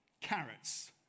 carrots